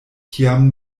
kiam